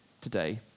today